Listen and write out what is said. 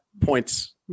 points